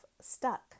stuck